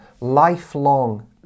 Lifelong